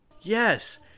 Yes